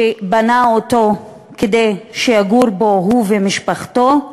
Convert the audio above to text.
שבנה אותו כדי לגור בו, הוא ומשפחתו,